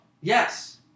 Yes